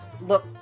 Look